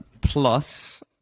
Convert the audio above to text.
Plus